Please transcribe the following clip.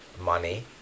money